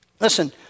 Listen